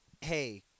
hey